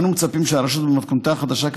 אנו מצפים שהרשות במתכונתה החדשה,